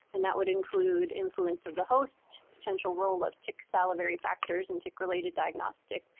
and that would include influence of the host, potential role of tick's salivary factors, and tick-related diagnostic,